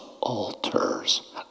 altars